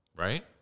Right